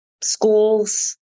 schools